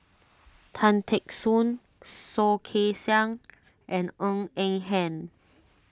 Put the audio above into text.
Tan Teck Soon Soh Kay Siang and Ng Eng Hen